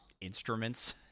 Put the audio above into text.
instruments